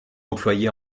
employé